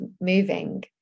moving